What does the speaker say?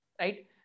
right